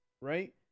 right